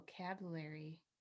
vocabulary